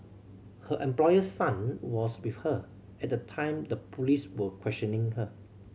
her employer's son was with her at the time the police were questioning her